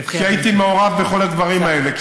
כי הייתי מעורב בכל הדברים האלה.